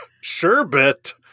sherbet